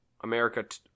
america